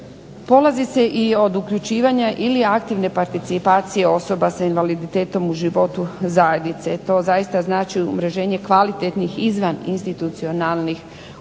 Polazi se i od uključivanja ili aktivne participacije osoba sa invaliditetom u životu zajednice. To zaista znači umreženje kvalitetnih izvan institucionalnih usluga